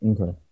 Okay